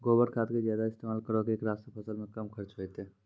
गोबर खाद के ज्यादा इस्तेमाल करौ ऐकरा से फसल मे कम खर्च होईतै?